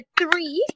three